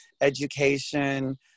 education